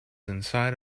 inside